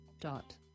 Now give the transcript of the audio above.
Dot